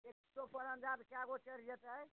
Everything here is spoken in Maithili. एक सए पर अन्जाद कए गो चढ़ि जयतै